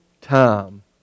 time